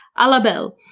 ah la belle,